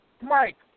Mike